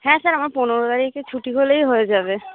হ্যাঁ স্যার আমার পনেরো তারিখে ছুটি হলেই হয়ে যাবে